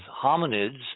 hominids